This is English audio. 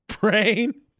brain